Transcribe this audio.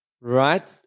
right